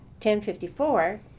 1054